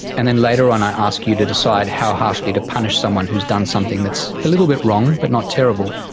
and then later on i ask you to decide how harshly to punish someone who has done something that's a little bit wrong but not terrible,